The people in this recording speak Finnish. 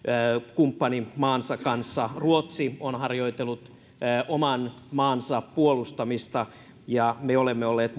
kumppanimaansa kanssa ruotsi on harjoitellut oman maansa puolustamista ja muun muassa me olemme olleet